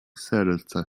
serce